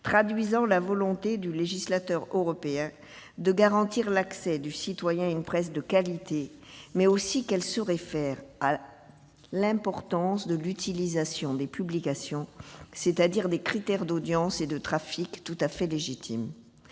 traduisant la volonté du législateur européen de garantir l'accès du citoyen à une presse de qualité, mais aussi de se référer au niveau d'utilisation des publications, c'est-à-dire des critères d'audience et de trafic tout à fait légitimes.